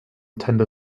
tender